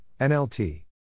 NLT